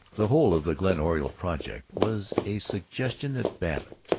the whole of the glen oriole project was a suggestion that babbitt,